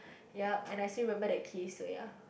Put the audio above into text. yup and I still remember the kiss so ya